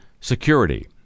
security